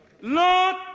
Lord